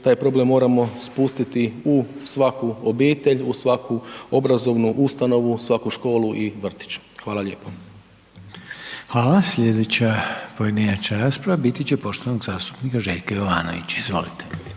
taj problem moramo spustiti u svaku obitelj, u svaku obrazovnu ustanovu, u svaku školu i vrtić. Hvala lijepo. **Reiner, Željko (HDZ)** Hvala. Slijedeća pojedinačna rasprava biti će poštovanog zastupnika Željka Jovanovića, izvolite.